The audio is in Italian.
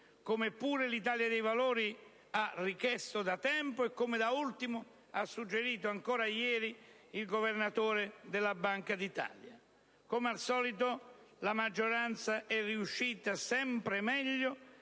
come pure l'Italia dei Valori ha richiesto da tempo e come da ultimo ha suggerito ancora ieri il Governatore della Banca d'Italia. Come al solito, la maggioranza è riuscita sempre meglio